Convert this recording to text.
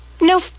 no